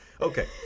Okay